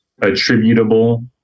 attributable